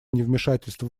невмешательство